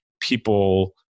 people